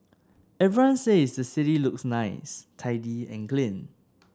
everyone says the city looks nice tidy and clean